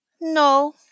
No